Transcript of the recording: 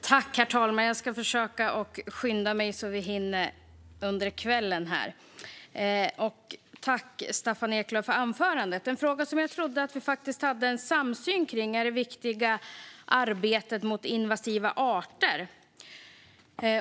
Herr talman! Jag tackar Staffan Eklöf för anförandet. Jag trodde att vi hade en samsyn i frågan om det viktiga arbetet mot invasiva arter.